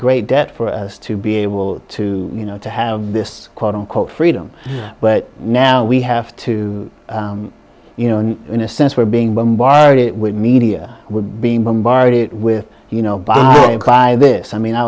great debt for us to be able to you know to have this quote unquote freedom but now we have to you know in a sense we're being bombarded with media would be bombarded with you know by this i mean i